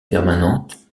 permanente